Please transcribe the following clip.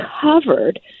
covered